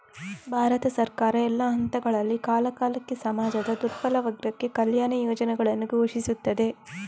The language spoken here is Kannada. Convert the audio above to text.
ಭಾರತ ಸರ್ಕಾರ, ಎಲ್ಲಾ ಹಂತಗಳಲ್ಲಿ, ಕಾಲಕಾಲಕ್ಕೆ ಸಮಾಜದ ದುರ್ಬಲ ವರ್ಗಕ್ಕೆ ಕಲ್ಯಾಣ ಯೋಜನೆಗಳನ್ನು ಘೋಷಿಸುತ್ತದೆ